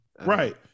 Right